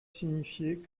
signifiait